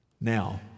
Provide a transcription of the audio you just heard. now